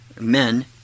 men